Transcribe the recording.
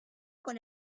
con